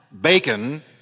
bacon